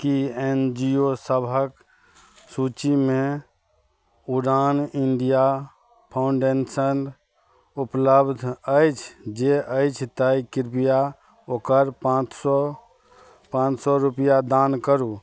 कि N G O सबहक सूचीमे उड़ान इण्डिया फाउण्डेशन उपलब्ध अछि जँ अछि तऽ कृपया ओकरा पाँच सओ पाँच सओ रुपैआ दान करू